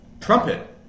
trumpet